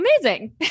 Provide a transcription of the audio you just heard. amazing